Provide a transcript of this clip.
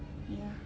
ya